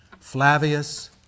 Flavius